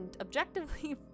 objectively